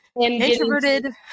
introverted